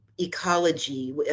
ecology